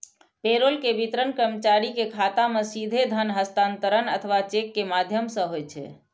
payroll के वितरण कर्मचारी के खाता मे सीधे धन हस्तांतरण अथवा चेक के माध्यम सं होइ छै